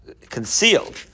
concealed